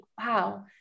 wow